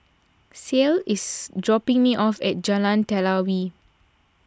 Ceil is dropping me off at Jalan Telawi